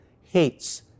hates